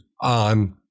on